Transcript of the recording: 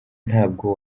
ntabwo